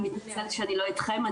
אני מתנצלת שאני לא אתכם,